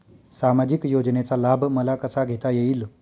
सामाजिक योजनेचा लाभ मला कसा घेता येईल?